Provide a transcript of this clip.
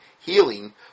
healing